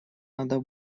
надо